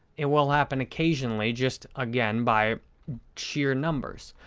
it will happen occasionally just again, by sheer numbers.